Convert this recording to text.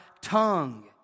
tongue